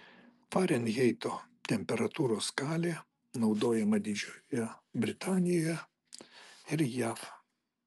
farenheito temperatūros skalė naudojama didžiojoje britanijoje ir jav